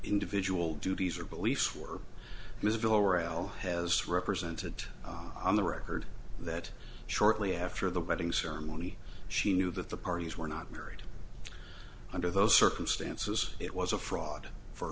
individual duties or beliefs were his villa were l has represented on the record that shortly after the wedding ceremony she knew that the parties were not married under those circumstances it was a fraud for